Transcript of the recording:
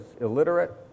illiterate